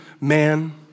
man